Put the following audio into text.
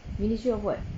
ministry of what